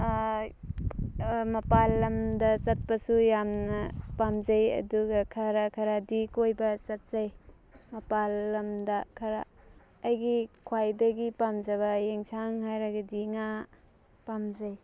ꯃꯄꯥꯜ ꯂꯝꯗ ꯆꯠꯄꯁꯨ ꯌꯥꯝꯅ ꯄꯥꯝꯖꯩ ꯑꯗꯨꯒ ꯈꯔ ꯈꯔꯗꯤ ꯀꯣꯏꯕ ꯆꯠꯆꯩ ꯃꯄꯥꯜ ꯂꯝꯗ ꯈꯔ ꯑꯩꯒꯤ ꯈ꯭ꯋꯥꯏꯗꯒꯤ ꯄꯥꯝꯖꯕ ꯌꯦꯟꯁꯥꯡ ꯍꯥꯏꯔꯒꯗꯤ ꯉꯥ ꯄꯥꯝꯖꯩ